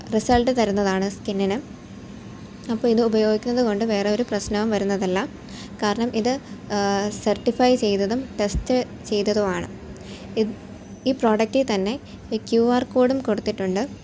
result തരുന്നതാണ് സ്കിന്നിന് അപ്പോൾ ഇത് ഉപയോഗിക്കുന്നത് കൊണ്ട് വേറൊരു പ്രസ്നവും വരുന്നതല്ല കാർണം ഇത് സെർട്ടിഫൈ ചെയ്തതും ടെസ്റ്റ് ചെയ്തതുമാണ് ഈ പ്രൊഡക്ടിൽ തന്നെ ക്യുആർ കോഡും കൊടുത്തിട്ടുണ്ട്